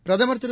பிரதமர் திரு